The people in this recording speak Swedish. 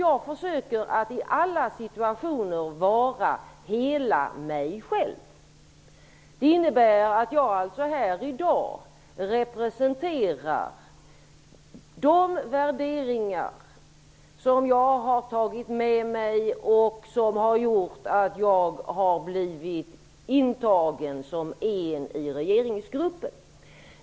Jag försöker nämligen i alla situationer att vara hela mig själv. Det innebär att jag här i dag representerar de värderingar som jag har och som gjort att jag har blivit intagen som en i regeringsgruppen.